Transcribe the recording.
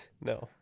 No